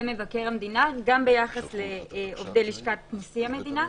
מבקר המדינה גם ביחס לעובדי לשכת נשיא המדינה.